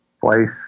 place